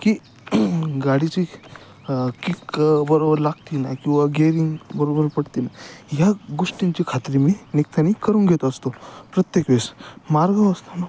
की गाडीची किक बरोबर लागते ना किंवा गेअरिंग बरोबर पडते ना ह्या गोष्टींची खात्री मी निघताना करून घेत असतो प्रत्येक वेळेस मार्गावर असताना